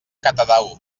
catadau